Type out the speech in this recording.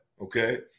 Okay